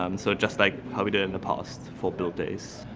um so just like how we do in the past for build days.